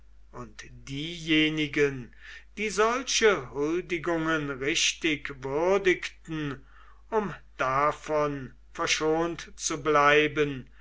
und diejenigen die solche huldigungen richtig würdigten um davon verschont zu bleiben